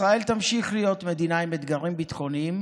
ישראל תמשיך להיות מדינה עם אתגרים ביטחוניים